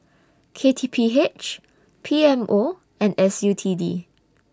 K T P H P M O and S U T D